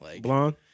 Blonde